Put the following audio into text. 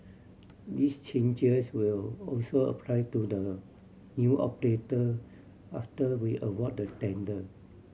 these changes will also apply to the new operator after we award the tender